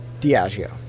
Diageo